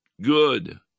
good